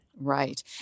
Right